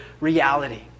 reality